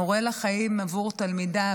מורה לחיים עבור תלמידיו,